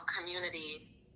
community